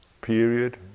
period